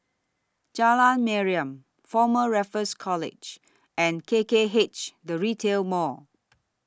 Jalan Mariam Former Raffles College and K K H The Retail Mall